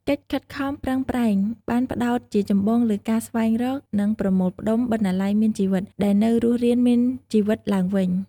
កិច្ចខិតខំប្រឹងប្រែងនេះ បានផ្តោតជាចម្បងលើការស្វែងរក និងប្រមូលផ្តុំ "បណ្ណាល័យមានជីវិត" ដែលនៅរស់រានមានជីវិតឡើងវិញ។